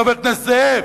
חבר הכנסת זאב?